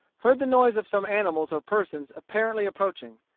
heard the noise of some animals or persons apparently approaching.